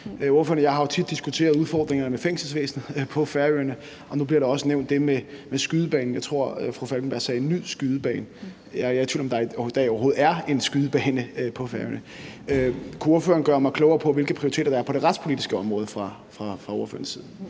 jeg har jo tit diskuteret udfordringerne i fængselsvæsenet på Færøerne, og nu bliver der også nævnt det med skydebanen. Jeg tror, at fru Anna Falkenberg sagde: ny skydebane. Jeg er i tvivl om, om der i dag overhovedet er en skydebane på Færøerne. Kunne ordføreren gøre mig klogere på, hvilke prioriteter der er på det retspolitiske område fra ordførerens side?